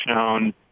shown